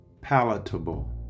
palatable